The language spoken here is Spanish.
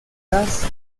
las